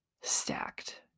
stacked